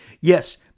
Yes